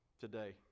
Today